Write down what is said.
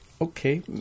okay